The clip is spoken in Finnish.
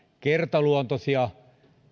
kertaluontoisia